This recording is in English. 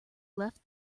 left